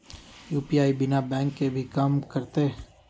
UPI बिना bank के भी कम करतै?